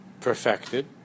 perfected